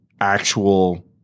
actual